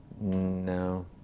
No